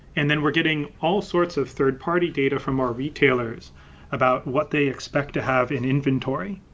and then we're getting all sorts of third-party data from our retailers about what they expect to have in inventory,